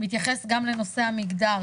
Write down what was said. הוא מתייחס גם לנושא המגדר,